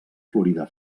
florida